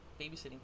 babysitting